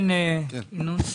כן, נעמה.